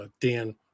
Dan